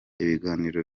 ibiganiro